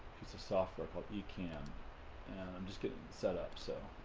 it's a software, but you can i'm just getting set up so